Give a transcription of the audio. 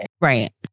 right